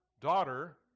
daughter